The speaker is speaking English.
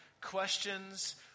questions